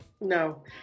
No